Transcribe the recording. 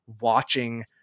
watching